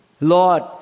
Lord